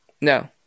No